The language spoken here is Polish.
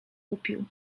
kupił